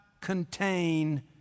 contain